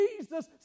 Jesus